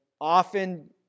often